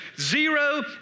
Zero